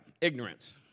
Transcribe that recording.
ignorance